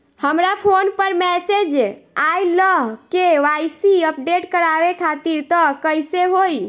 हमरा फोन पर मैसेज आइलह के.वाइ.सी अपडेट करवावे खातिर त कइसे होई?